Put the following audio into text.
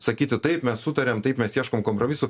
sakyti taip mes sutariam taip mes ieškom kompromisų